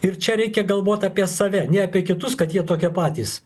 ir čia reikia galvot apie save ne apie kitus kad jie tokie patys